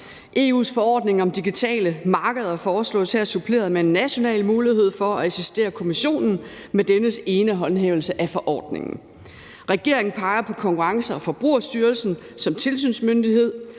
EU's forordning om digitale markeder foreslås her suppleret med en national mulighed for at assistere Kommissionen med dennes enehåndhævelse af forordningen. Regeringen peger på Konkurrence- og Forbrugerstyrelsen som tilsynsmyndighed,